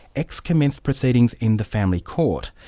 x commenced proceedings in the family court.